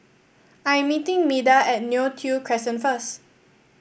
I'm meeting Meda at Neo Tiew Crescent first